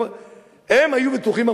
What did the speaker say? הם היו בטוחים,